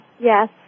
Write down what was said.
Yes